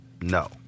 no